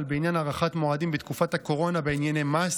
בעניין הארכת מועדים בתקופת הקורונה בענייני מס,